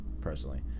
personally